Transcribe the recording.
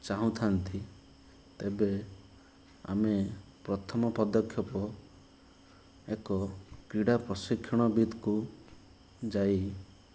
ଚାହୁଁଥାନ୍ତି ତେବେ ଆମେ ପ୍ରଥମ ପଦକ୍ଷେପ ଏକ କ୍ରୀଡ଼ା ପ୍ରଶିକ୍ଷଣବିତ୍କୁ ଯାଇ